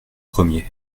premier